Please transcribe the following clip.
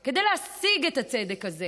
כדי להשיג את הצדק הזה,